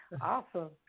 Awesome